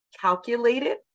calculated